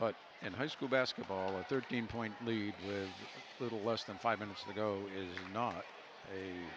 but in high school basketball a thirteen point lead with a little less than five minutes to go is not a